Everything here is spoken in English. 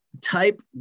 type